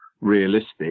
realistic